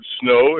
snow